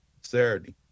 Saturday